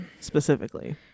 specifically